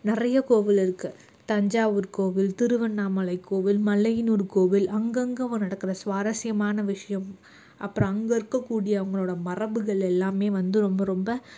நிறைய கோவில் இருக்குது தஞ்சாவூர் கோவில் திருவண்ணாமலை கோவில் மலையனுார் கோவில் அங்கங்கே நடக்கிற சுவாரசியமான விஷயம் அப்புறம் அங்கே இருக்க கூடியவங்களோட மரபுகள் எல்லாமே வந்து ரொம்ப ரொம்ப